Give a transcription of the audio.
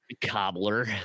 Cobbler